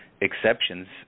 exceptions